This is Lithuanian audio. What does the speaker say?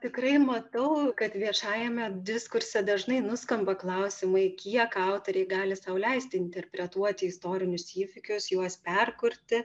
tikrai matau kad viešajame diskurse dažnai nuskamba klausimai kiek autoriai gali sau leisti interpretuoti istorinius įvykius juos perkurti